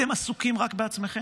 אתם עסוקים רק בעצמכם.